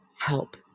help